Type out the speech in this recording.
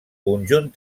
conjunt